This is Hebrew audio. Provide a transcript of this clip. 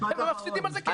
ואנחנו מפסידים על זה כסף.